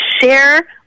share